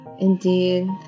indeed